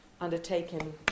undertaken